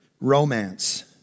romance